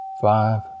five